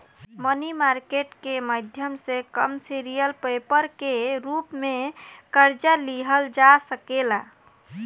मनी market के माध्यम से कमर्शियल पेपर के रूप में कर्जा लिहल जा सकेला